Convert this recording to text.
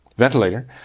ventilator